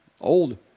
old